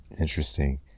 Interesting